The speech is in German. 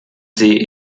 sie